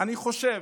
אני חושב,